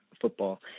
football